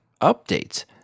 updates